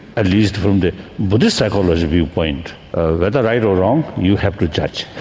at least from the buddhist psychology viewpoint, whether right or wrong, you have to judge.